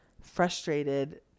frustrated